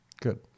good